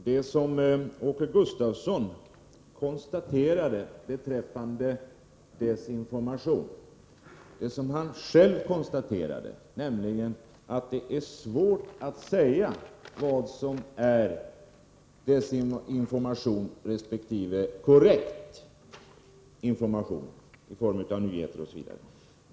Herr talman! Åke Gustavsson konstaterade själv beträffande desinformation, att det är svårt att säga vad som är desinformation resp. korrekt information i form av nyheter osv.